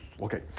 Okay